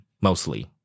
mostly